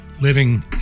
living